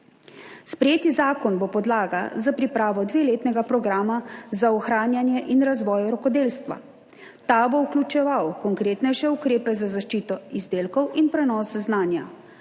Sprejeti zakon bo podlaga za pripravo dveletnega programa za ohranjanje in razvoj rokodelstva. Ta bo vključeval konkretnejše ukrepe za zaščito izdelkov in prenos znanja.